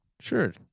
Sure